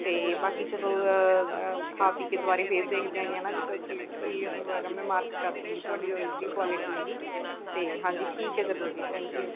ਅਤੇ ਬਾਕੀ ਚਲੋ ਖਾ ਪੀ ਕੇ ਦੁਬਾਰੇ ਫਿਰ ਦੇਖਦੇ ਹੈਗੇ ਨਾ ਵੀ ਤਾਂ ਕਿ ਕੀ ਉਹ ਹੈਗਾ ਮੈਂ ਮਾਰਕ ਕਰ ਦਊਗੀ ਤੁਹਾਡੀ ਉਹੀ ਜਿਹੜੀ ਕੁਆਲਿਟੀ ਹੈਗੀ ਅਤੇ ਹਾਂਜੀ ਠੀਕ ਹੈ ਚਲੋ ਜੀ ਥੈਂਕ ਯੂ